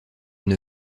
une